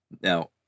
Now